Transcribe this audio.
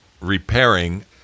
repairing